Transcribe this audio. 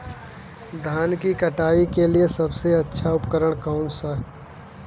धान की कटाई के लिए सबसे अच्छा उपकरण कौन सा है?